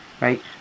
right